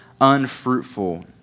unfruitful